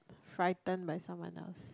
frightened by someone else